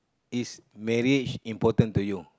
is marriage important to you